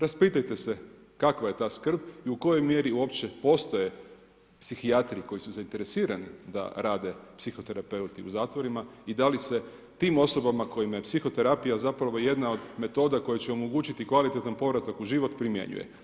Raspitajte se kakva je ta skrb i u kojoj mjeri, uopće postoje psihijatri koji su zainteresirani da rade psihoterapeuti u zatvorima i da li se tim osobama kojima je psihoterapija, zapravo jedna od metoda, koje će omogućiti kvalitetan povratak u život, primjenjuje.